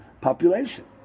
population